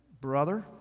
brother